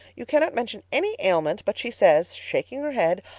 you cannot mention any ailment but she says, shaking her head,